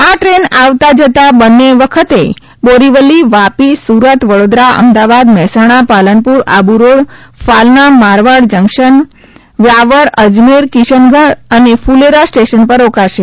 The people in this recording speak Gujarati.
આ ટ્રેન આવતાં જતાં બંને વખતે બોરીવલી વાપી સુરત વડોદરા અમદાવાદ મહેસાણા પાલનપુર આબુરોડ ફાલના મારવાડ જંકશન વ્યાવર અજમેર કિશનગંજ અને ફ્લેરા સ્ટેશન પર રોકાશે